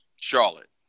Charlotte